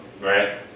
Right